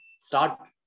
start